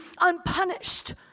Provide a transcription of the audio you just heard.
unpunished